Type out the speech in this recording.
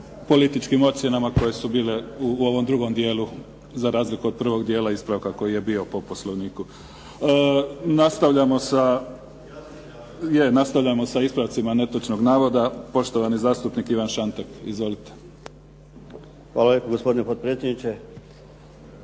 političkim ocjenama koje su bile u ovom drugom dijelu za razliku od prvog dijela ispravka koji je bio po poslovniku. Nastavljamo sa ispravcima netočnog navoda. Poštovani zastupnik Ivan Šantek. Izvolite. **Šantek, Ivan (HDZ)**